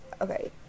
Okay